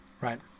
right